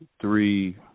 three